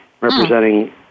representing